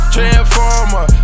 Transformer